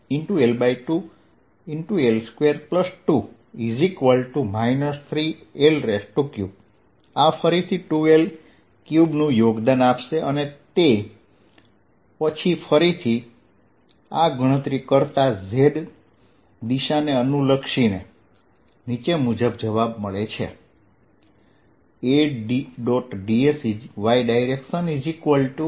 z 3×L2L2×2 3L3 આ ફરીથી 2L3નું યોગદાન આપશે અને તે પછી ફરીથી આ ગણતરી કરતા z દિશાને અનુલક્ષીને નીચે મુજબ જવાબ મળે છે A